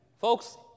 Folks